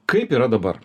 kaip yra dabar